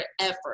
effort